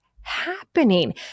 happening